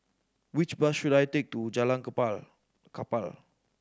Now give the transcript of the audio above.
which bus should I take to Jalan Kapal